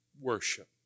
worship